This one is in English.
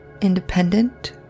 independent